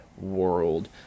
world